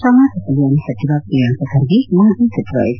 ಸಮಾಜ ಕಲ್ಲಾಣ ಸಚಿವ ಪ್ರಿಯಾಂಕ ಖರ್ಗೆ ಮಾಜಿ ಸಚಿವ ಎಚ್